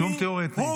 שום טיהור אתני.